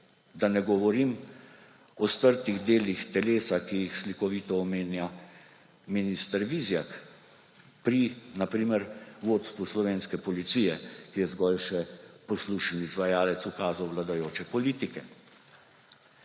da ne govorim o strtih delih telesa, ki jih slikovito omenja minister Vizjak pri, na primer, vodstvu slovenske policije, ki je zgolj še poslušni izvajalec ukazov vladajoče politike.